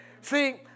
See